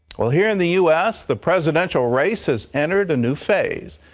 well, here in the u s, the presidential race has entered a new phase.